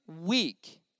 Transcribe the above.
week